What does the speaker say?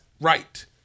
right